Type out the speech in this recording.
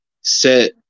set